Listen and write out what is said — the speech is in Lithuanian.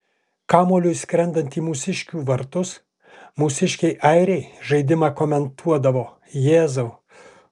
kamuoliui skrendant į mūsiškių vartus mūsiškiai airiai žaidimą komentuodavo jėzau